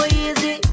easy